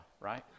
right